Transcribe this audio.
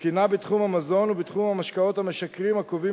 תקינה בתחום המזון ובתחום המשקאות המשכרים הקובעים